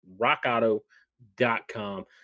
rockauto.com